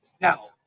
Now